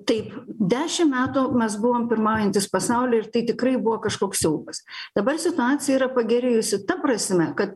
taip dešim metų mes buvom pirmaujantys pasauly ir tai tikrai buvo kažkoks siaubas dabar situacija yra pagerėjusi ta prasme kad